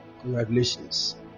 Congratulations